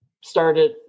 started